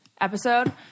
episode